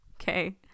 okay